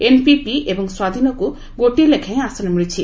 NCP ଏବଂ ସ୍ୱାଧୀନକୁ ଗୋଟିଏ ଲେଖାଏଁ ଆସନ ମିଳିଛି